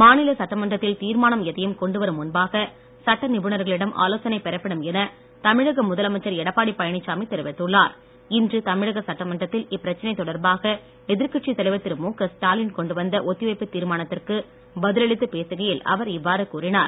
மாநில சட்டமன்றத்தில் தீர்மானம் எதையும் கொண்டு வரும் முன்பாக சட்ட நிபுணர்களிடம் ஆலோசனை பெறப்படும் என தமிழக முதலமைச்சர் எடப்பாடி பழனிசாமி தெரிவித்துள்ளார் இன்று தமிழக சட்டமன்றத்தில் இப்பிரச்சினை தொடர்பாக எதிர்க்கட்சித் தலைவர் திரு மு க ஸ்டாலின் கொண்டுவந்த ஒத்திவைப்புத் தீர்மானத்திற்கு பதிலளித்து பேசுகையில் அவர் இவ்வாறு கூறினார்